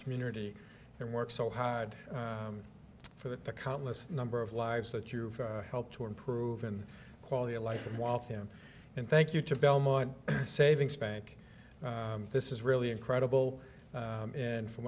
community and work so hard for that the countless number of lives that you've helped to improve and quality of life and walk him in thank you to belmont savings bank this is really incredible and from